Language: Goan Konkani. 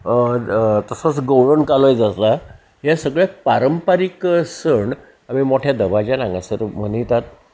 तसोच गोवण कालोयज आसा हें सगळें पारंपारीक सण आमी मोठ्या दबाज्यान हांगासर मनयतात